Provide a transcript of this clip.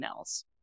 emails